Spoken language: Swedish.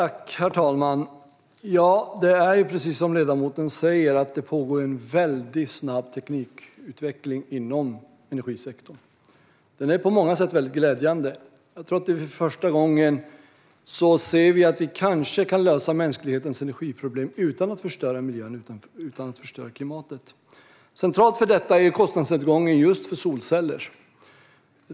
Herr talman! Precis som ledamoten säger pågår det en väldigt snabb teknikutveckling inom energisektorn. Den är på många sätt väldigt glädjande. Jag tror att vi för första gången ser att vi kanske kan lösa mänsklighetens energiproblem utan att förstöra miljön och klimatet. Centralt för detta är kostnadsövergången just för solceller.